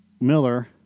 Miller